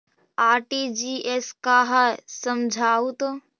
RTGS का है समझाहू तो?